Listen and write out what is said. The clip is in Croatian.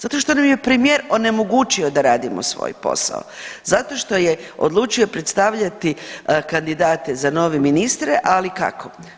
Zato što nam je premijer onemogućio da radimo svoj posao, zato što je odlučio predstavljati kandidate za nove ministre ali kako?